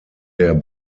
der